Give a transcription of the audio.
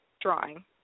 drawing